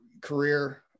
career